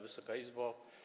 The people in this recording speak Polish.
Wysoka Izbo!